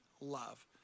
love